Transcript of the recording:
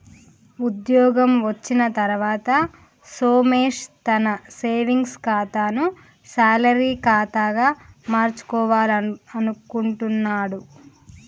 ఉద్యోగం వచ్చిన తర్వాత సోమేష్ తన సేవింగ్స్ ఖాతాను శాలరీ ఖాతాగా మార్చుకోవాలనుకుంటున్నడు